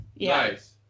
Nice